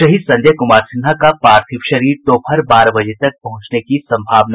शहीद संजय कुमार सिन्हा का पार्थिव शरीर दोपहर बारह बजे तक पहुंचने की संभावना